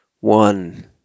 One